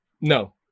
No